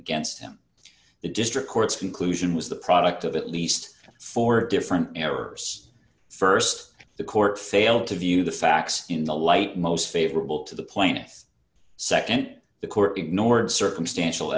against him the district court's conclusion was the product of at least four different errors st the court failed to view the facts in the light most favorable to the plaintiff's nd the court ignored circumstantial